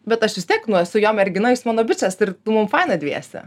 bet aš vis tiek nu esu jo mergina jis mano bičas ir nu mum faina dviese